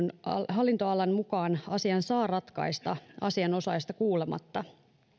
hallintolain mukaan asian saa ratkaista asianosaista kuulematta